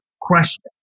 question